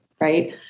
right